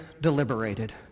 deliberated